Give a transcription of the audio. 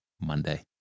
Monday